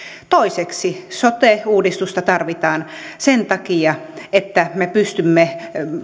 toiseksi sote uudistusta tarvitaan sen takia että me pystymme